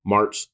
March